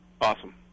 Awesome